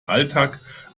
alltag